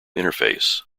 interface